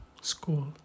school